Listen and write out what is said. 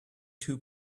two